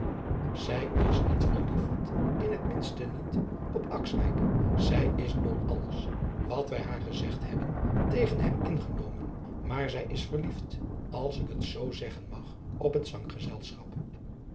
zij is niet verliefd in het minste niet op akswijk zij is door alles wat wij haar gezegd hebben tegen hem ingenomen maar zij is verliefd als ik het zoo zeggen mag op het zanggezelschap